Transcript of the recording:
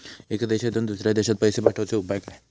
एका देशातून दुसऱ्या देशात पैसे पाठवचे उपाय काय?